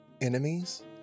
enemies